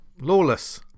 Lawless